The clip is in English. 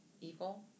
evil